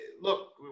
look